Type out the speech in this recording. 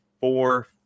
Four